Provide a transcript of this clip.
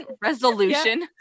resolution